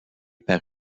par